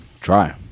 try